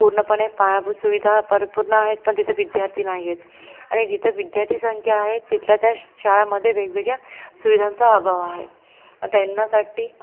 पूर्णपणे पायाभूत सुविधा परिपूर्ण आहेत पण तिथं विद्यार्थी नाही आहेत आणि जिथं विद्यार्थी संख्या आहे तिथल्या त्या शाळांमध्ये वेगवेगळ्या सुविधांचा अभाव आहे त्यांना साठी